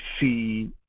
see